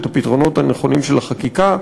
את הפתרונות הנכונים של החקיקה,